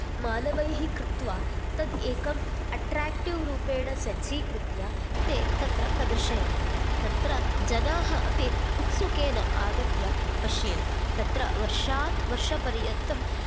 मानवैः कृत्वा तत् एकं अट्राक्टिव् रूपेण सज्जीकृत्वा ते तत्र प्रदर्शयन्ति तत्र जनाः अपि उत्सुकेन आगत्य पश्यन्ति तत्र वर्षात् वर्षपर्यन्तं